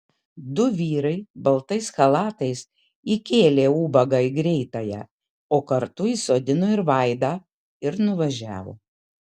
du vyrai baltais chalatais įkėlė ubagą į greitąją o kartu įsodino ir vaidą ir nuvažiavo